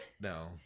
No